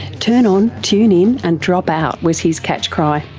turn on, tune in and drop out' was his catchcry.